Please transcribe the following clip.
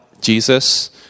Jesus